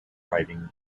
writing